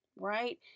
right